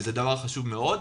וזה דבר חשוב מאוד.